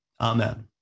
Amen